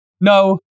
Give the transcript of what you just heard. no